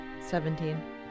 Seventeen